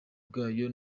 bwayo